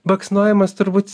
baksnojimas turbūt